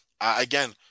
Again